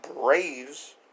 Braves